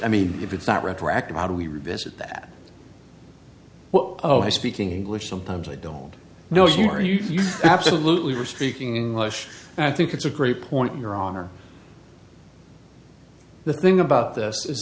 i mean if it's not retroactive how do we revisit that well i speaking english sometimes i don't know if you are you absolutely were speaking english i think it's a great point your honor the thing about this is